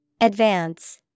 Advance